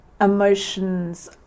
emotions